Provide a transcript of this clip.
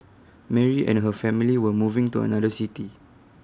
Mary and her family were moving to another city